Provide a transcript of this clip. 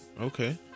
Okay